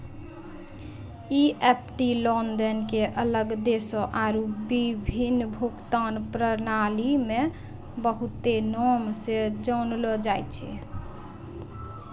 EFT लेनदेन के अलग देशो आरु विभिन्न भुगतान प्रणाली मे बहुते नाम से जानलो जाय छै